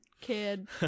kid